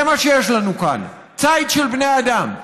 זה מה שיש לנו כאן, ציד של בני אדם.